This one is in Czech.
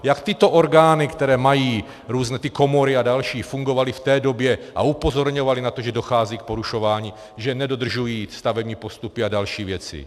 Jak tyto orgány, které mají různé ty komory a další, fungovaly v té době a upozorňovaly na to, že dochází k porušování, že nedodržují stavební postupy a další věci?